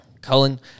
Cullen